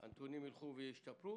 הנתונים ישתפרו.